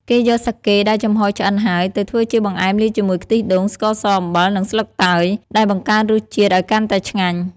គេយកសាកេដែលចំហុយឆ្អិនហើយ ទៅធ្វើជាបង្អែមលាយជាមួយខ្ទិះដូង ស្ករស អំបិល និងស្លឹកតើយ ដែលបង្កើនរសជាតិឲ្យកាន់តែឆ្ងាញ់។